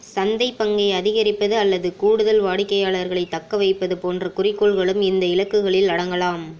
சந்தைப் பங்கை அதிகரிப்பது அல்லது கூடுதல் வாடிக்கையாளர்களைத் தக்கவைப்பது போன்ற குறிக்கோள்களும் இந்த இலக்குகளில் அடங்கலாம்